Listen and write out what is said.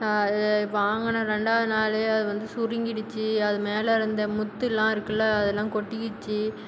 அது வாங்கின ரெண்டாவது நாளே அது வந்து சுருங்கிடுச்சு அது மேலே இருந்த முத்துலாம் இருக்குல அதுலாம் கொட்டிருச்சு